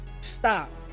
stop